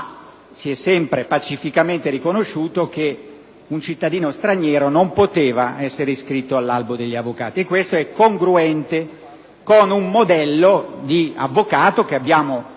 Ma si è sempre pacificamente riconosciuto che un cittadino straniero non poteva essere iscritto all'albo degli avvocati. Questo è congruente con un modello di avvocato che abbiamo